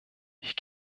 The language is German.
ich